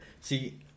See